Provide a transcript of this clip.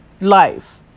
life